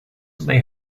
may